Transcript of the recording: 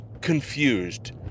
confused